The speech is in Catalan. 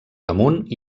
damunt